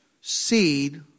seed